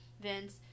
Vince